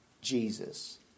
Jesus